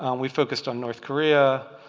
and we focused on north korea.